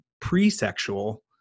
pre-sexual